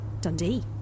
Dundee